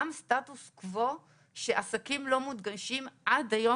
גם סטטוס קוו שעסקים לא מונגשים עד היום,